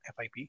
fip